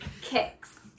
Kicks